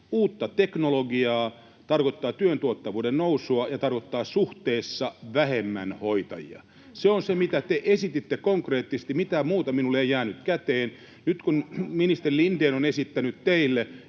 uutta teknologiaa — tarkoittaa työn tuottavuuden nousua ja tarkoittaa suhteessa vähemmän hoitajia. Se on se, mitä te esititte konkreettisesti, mitään muuta minulle ei jäänyt käteen. Nyt kun ministeri Lindén on esittänyt teille,